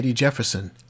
Jefferson